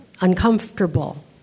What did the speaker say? uncomfortable